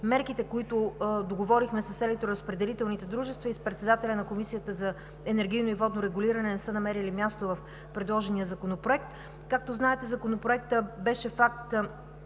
мерките, които договорихме с електроразпределителните дружества и с председателя на Комисията за енергийно и водно регулиране, не са намерили място в предложения законопроект, както знаете, Законопроектът беше внесен